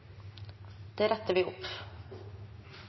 da retter vi